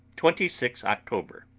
twenty six october.